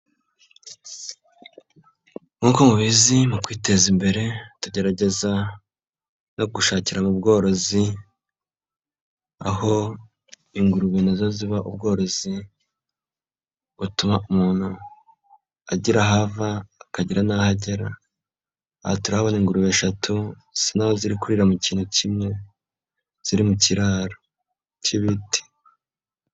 Nk'uko mubizi mu kwiteza imbere tugerageza no gushakira mu bworozi, aho ingurube nazo ziba ubworozi butuma umuntu agira aho ava, akagira n'aho agera. Aha turahabona ingurube eshatu, zisa naho ziri kurira mu kintu kimwe ziri mu kiraro k'ibiti.